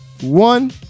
one